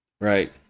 Right